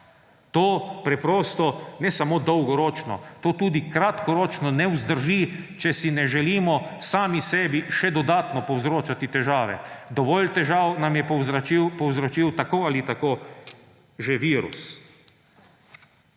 To preprosto, ne samo dolgoročno, to tudi kratkoročno ne vzdrži, če si ne želimo sami sebi še dodatno povzročati težave. Dovolj težav nam je povzročil tako ali tako že virus.